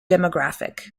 demographic